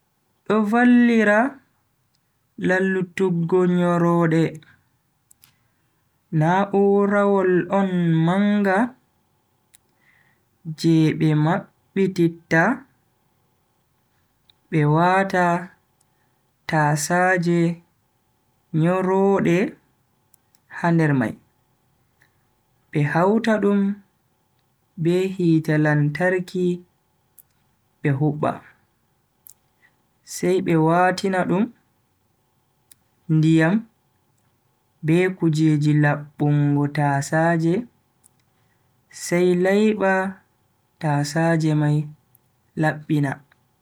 Do vallira lallutuggo tasaaje nyoroode. Na'urawol on manga je be mabbititta be waata tasaaje nyoroode ha nder mai, be hauta dum be hite lantarki be hubba, sai be watina dum ndiyam be kujeji labbungo tasaaje, sai laiba tasaaje mai labbina.